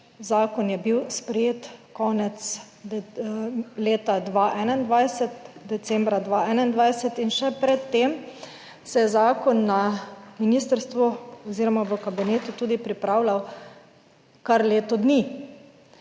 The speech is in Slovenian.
zakon je bil sprejet konec leta 2021, decembra 2021 in še pred tem se je zakon na ministrstvu oziroma v kabinetu tudi pripravljal, kar leto dni.